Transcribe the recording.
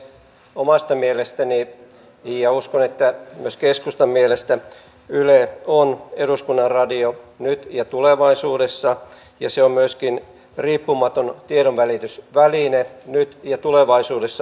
omasta mielestäni ja uskon että myös keskustan mielestä yle on eduskunnan radio nyt ja tulevaisuudessa ja se on myöskin riippumaton tiedonvälitysväline nyt ja myöskin tulevaisuudessa